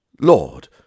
Lord